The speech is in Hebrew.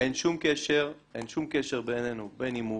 אין שום קשר בעינינו בין הימורים,